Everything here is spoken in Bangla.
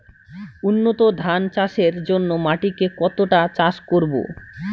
উন্নত ধান চাষের জন্য মাটিকে কতটা চাষ করব?